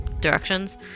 directions